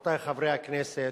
רבותי חברי הכנסת,